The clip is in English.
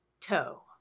toe